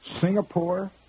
Singapore